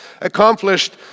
accomplished